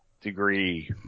degree